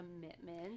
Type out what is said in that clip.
commitment